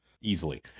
easily